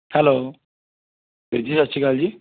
hello ਵੀਰ ਜੀ ਸਤਿ ਸ਼੍ਰੀ ਅਕਾਲ ਜੀ